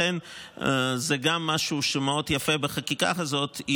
גם זה משהו שמאוד יפה בחקיקה הזאת,